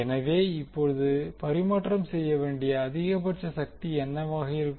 எனவே இப்போது பரிமாற்றம் செய்ய வேண்டிய அதிகபட்ச சக்தி என்னவாக இருக்கும்